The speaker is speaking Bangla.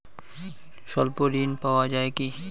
স্বল্প ঋণ পাওয়া য়ায় কি?